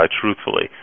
truthfully